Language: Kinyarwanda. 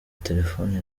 telefoni